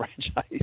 franchise